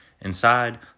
inside